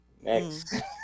next